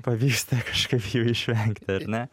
pavyksta kažkaip jų išvengti ar ne